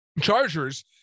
Chargers